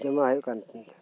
ᱡᱚᱢᱟ ᱦᱩᱭᱩᱜ ᱠᱟᱱ ᱛᱤᱧ ᱛᱮᱦᱮᱸᱫ ᱟ